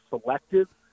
selective